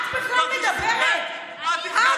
את הקשבת פעם למי שמרגיש סוג ב'?